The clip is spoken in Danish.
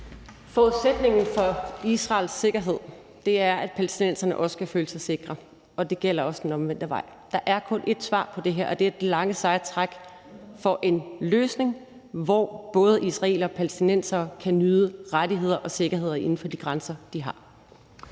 Forudsætningen for Israels sikkerhed er, at palæstinenserne også kan føle sig sikre, og det gælder også den omvendte vej. Der er kun ét svar på det her, og det er det lange, seje træk for en løsning, hvor både israelere og palæstinensere kan nyde rettigheder og sikkerhed inden for de grænser, de har.